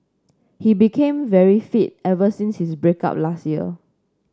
he became very fit ever since his break up last year